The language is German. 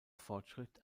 fortschritt